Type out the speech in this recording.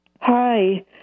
Hi